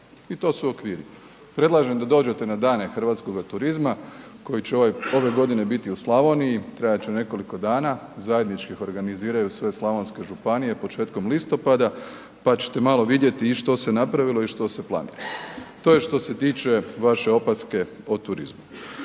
I to su okviri. Predlažem da dođete na Dane hrvatskoga turizma koji će ove godine biti u Slavoniji, trajati će nekoliko dana, zajednički ih organiziraju sve slavonske županije početkom listopada pa ćete malo vidjeti i što se napravilo i što se planira. To je što se tiče vaše opaske o turizmu.